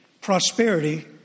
prosperity